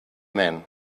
men